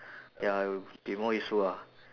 ya it would be more useful ah